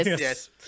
Yes